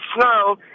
snow